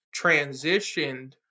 transitioned